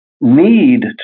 need